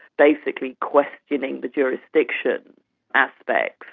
basically questioning the jurisdiction aspect,